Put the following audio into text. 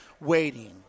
waiting